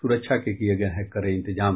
सुरक्षा के किये गये है कड़े इंतजाम